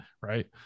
right